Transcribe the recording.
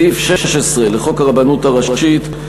סעיף 16 לחוק הרבנות הראשית,